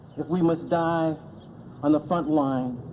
if we must die on the front line,